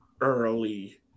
Early